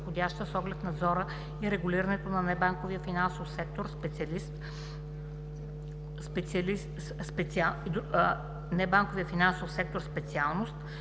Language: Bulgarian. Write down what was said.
с оглед надзора и регулирането на небанковия финансов сектор специалност,